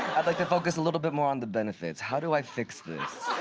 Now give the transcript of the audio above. i'd like to focus a little bit more on the benefits. how do i fix this?